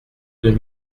deux